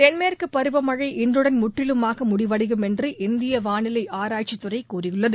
தென்மேற்கு பருவமழை இன்றுடன் முற்றிலுமாக முடிவடையும் என்று இந்திய வானிலை ஆராய்ச்சி துறை கூறியுள்ளது